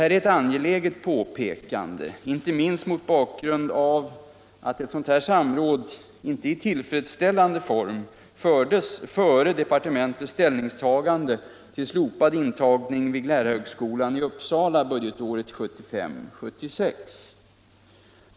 Det är ett angeläget påpekande inte minst mot bakgrund av att dylikt samråd inte i tillfredsställande form fördes före departementets = Anslag till lärarutställningstagande till slopad intagning vid lärarhögskolan i Uppsala = bildning 1975/76.